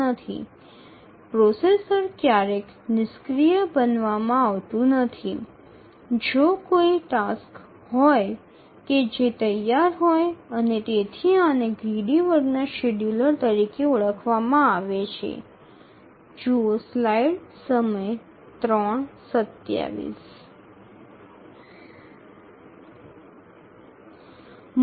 যদি এমন কোনও কাজ প্রস্তুত থাকে তবে সেই শিডিয়ুলারকে একটি গ্রিডি শ্রেণি হিসাবে ডাকা হয়